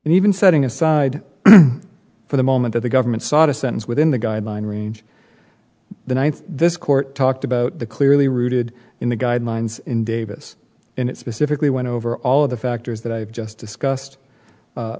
and even setting aside for the moment that the government sought a sentence within the guideline range the ninth this court talked about the clearly rooted in the guidelines in davis and it specifically went over all of the factors that i've just discussed